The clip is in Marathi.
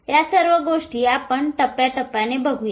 या सर्व गोष्टी आपण टप्प्याटप्प्याने बघुयात